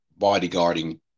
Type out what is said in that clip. bodyguarding